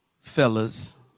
fellas